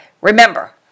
remember